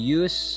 use